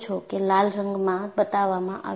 કે લાલ રંગમાં બતાવવામાં આવ્યુ છે